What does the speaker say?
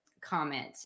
comment